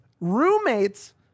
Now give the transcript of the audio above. roommates